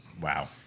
Wow